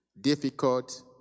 difficult